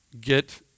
Get